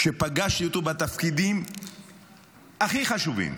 כשפגשתי אותו בתפקידים הכי חשובים,